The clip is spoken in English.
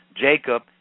Jacob